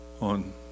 on